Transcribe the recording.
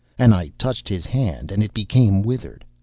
and i touched his hand, and it became withered.